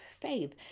faith